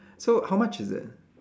so how much is it